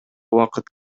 убакыт